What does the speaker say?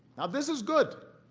now, this is good.